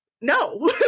no